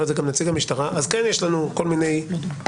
את זה גם נציג המשטרה כן יש לנו כל מיני חילוטים